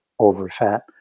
overfat